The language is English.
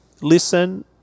listen